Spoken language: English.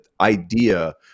idea